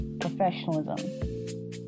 professionalism